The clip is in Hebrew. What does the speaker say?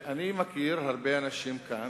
אני מכיר הרבה אנשים כאן